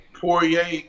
Poirier